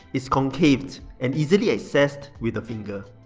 it's concaved and easily accessed with the finger.